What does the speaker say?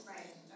Right